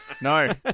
No